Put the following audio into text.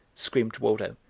screamed waldo.